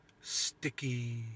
sticky